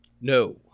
No